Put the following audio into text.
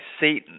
Satan